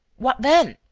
what then?